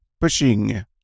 pushing